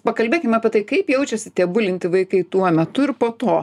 pakalbėkim apie tai kaip jaučiasi tie bulinti vaikai tuo metu ir po to